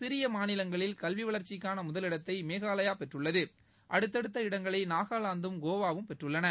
சிறிய மாநிலங்களில் கல்வி வளர்ச்சிக்கான முதலிடத்தை மேகாலயா பெற்றுள்ளது அடுத்தடுத்த இடங்களை நகாலந்தும் கோவாவும் பெற்றுள்ளன